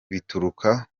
bituruka